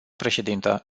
președintă